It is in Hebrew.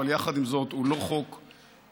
אבל יחד עם זאת הוא לא חוק פופולרי,